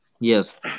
yes